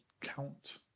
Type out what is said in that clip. count